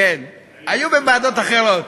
כן, היו בוועדות אחרות.